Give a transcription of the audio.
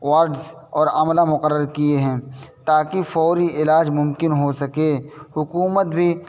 wards اور عاملہ مقرر کیے ہیں تاکہ فوری علاج ممکن ہو سکے حکومت بھی